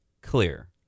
clear